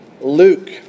Luke